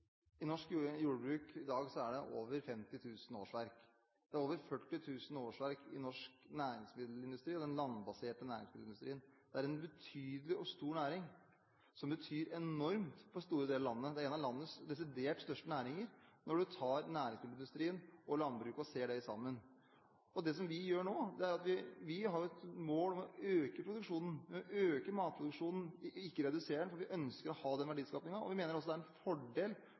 over 40 000 årsverk i norsk næringsmiddelindustri og den landbaserte næringsmiddelindustrien. Det er en betydelig og stor næring som betyr enormt for store deler av landet. Det er en av landets desidert største næringer når du tar næringsmiddelindustrien og landbruket og ser det sammen. Vi har et mål om å øke produksjonen, øke matproduksjonen – ikke redusere den – for vi ønsker å ha den verdiskapingen, og vi mener også det er en fordel